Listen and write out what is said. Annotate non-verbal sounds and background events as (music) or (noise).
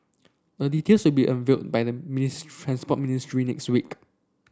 the details will be unveiled by the (unintelligible) Transport Ministry next week